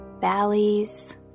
valleys